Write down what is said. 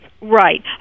Right